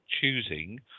choosing